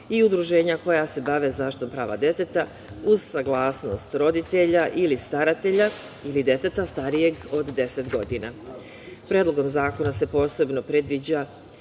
i udruženja koja se bave zaštitom prava deteta uz saglasnost roditelja ili staratelja ili deteta starijeg od 10 godina. Predlogom zakona se posebno predviđa